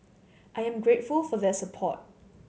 I am grateful for their support